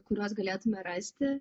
kuriuos galėtume rasti